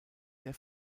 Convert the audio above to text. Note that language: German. der